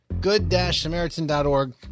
good-samaritan.org